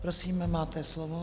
Prosím, máte slovo.